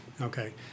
okay